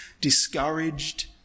discouraged